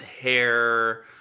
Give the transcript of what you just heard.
hair